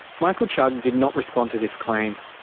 michael chugg did not respond to this claim.